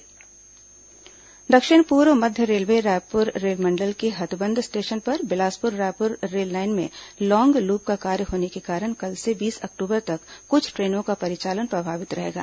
train परिचालन प्रभावित दक्षिण पूर्व मध्य रेलवे रायपुर रेलमंडल के हथबंध स्टेशन पर बिलासपुर रायपुर रेललाइन में लॉन्ग लूप का कार्य होने के कारण कल से बीस अक्टूबर तक कुछ ट्रेनों का परिचालन प्रभावित रहेगा